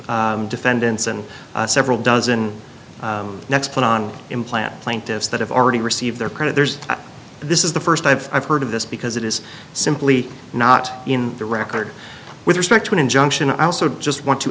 me defendants and several dozen necks put on implant plaintiffs that have already received their creditors this is the first i've heard of this because it is simply not in the record with respect to an injunction i also just want to